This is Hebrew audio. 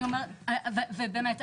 באמת,